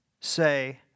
say